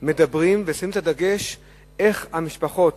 מדברים ושמים את הדגש איך המשפחות